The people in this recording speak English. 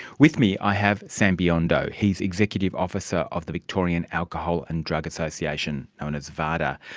with me i have sam biondo, he's executive officer of the victorian alcohol and drug association, known as vaada.